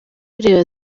ibitureba